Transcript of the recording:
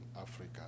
Africa